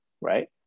right